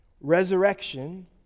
resurrection